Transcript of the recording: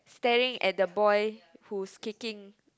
staring at the boy who's kicking